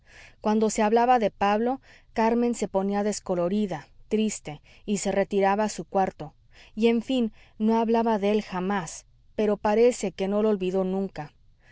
cuando se hablaba de pablo carmen se ponía descolorida triste y se retiraba a su cuarto y en fin no hablaba de él jamás pero parece que no lo olvidó nunca